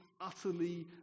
utterly